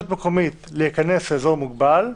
מקומית להיכנס לאזור מוגבל --- לא,